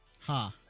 ha